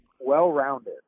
well-rounded